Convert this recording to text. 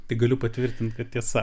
tai galiu patvirtinti kad tiesa